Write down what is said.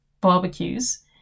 barbecues